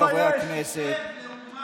חבר הכנסת בן גביר.